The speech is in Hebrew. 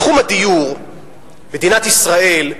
בתחום הדיור מדינת ישראל,